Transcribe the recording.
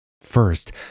First